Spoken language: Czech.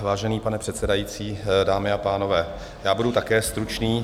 Vážený pane předsedající, dámy a pánové, budu také stručný.